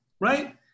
right